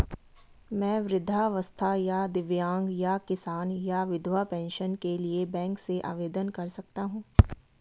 मैं वृद्धावस्था या दिव्यांग या किसान या विधवा पेंशन के लिए बैंक से आवेदन कर सकता हूँ?